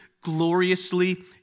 gloriously